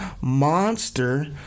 monster